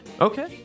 Okay